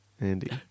Andy